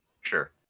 Sure